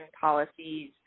policies